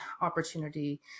opportunity